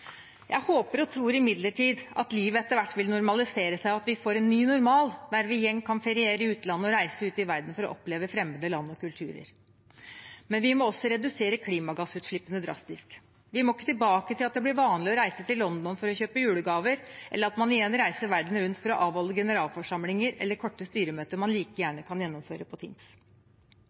Jeg håper og tror imidlertid at livet etter hvert vil normalisere seg, og at vi får en ny normal der vi igjen kan feriere i utlandet og reise ut i verden for å oppleve fremmede land og kulturer. Men vi må også redusere klimagassutslippene drastisk. Vi må ikke tilbake til at det blir vanlig å reise til London for å kjøpe julegaver, eller at man igjen reiser verden rundt for å avholde generalforsamlinger eller korte styremøter man like gjerne kan gjennomføre på Teams.